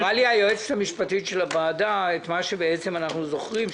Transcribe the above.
אמרה לי היועצת המשפטית של הוועדה את מה שבעצם אנחנו זוכרים,